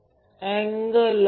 त्याचप्रमाणे Ic ICA IBC